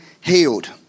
healed